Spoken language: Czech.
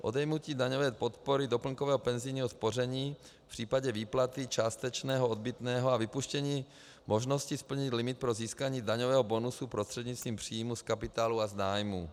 Odejmutí daňové podpory doplňkového penzijního spoření v případě výplaty částečného odbytného a vypuštění možnosti splnit limit pro získání daňového bonusu prostřednictvím příjmů z kapitálu a z nájmu.